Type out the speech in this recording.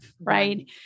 right